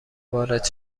وارد